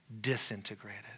disintegrated